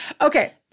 Okay